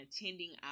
attending